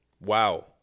Wow